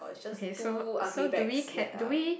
okay so so do we can do we